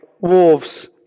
wolves